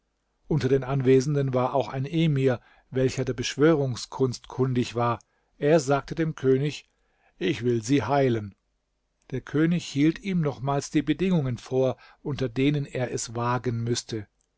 unter den anwesenden war auch ein emir welcher der beschwörungskunst kundig war er sagte dem könig ich will sie heilen der könig hielt ihm nochmals die bedingungen vor unter denen er es wagen müßte